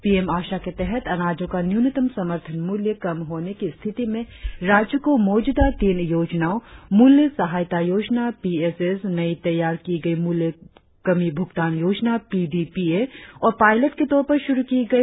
PM Aasha के तहत अनाजों का न्यूनतम समर्थन मूल्य कम होने की स्थिति में राज्यों को मौजूदा तीन योजनाओं मूल्य सहायता योजनापीएसएस नई तैयार की गई मूल्य कमी भुगतान योजनापीडीपीए और पायलट के तौर पर शुरु की गई